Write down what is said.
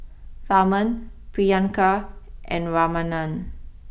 Tharman Priyanka and Ramanand